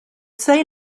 say